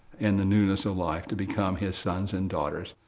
in the newness of life, to become his sons and daughters.